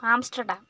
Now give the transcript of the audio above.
Amsterdam